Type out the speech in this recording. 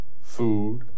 food